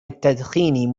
التدخين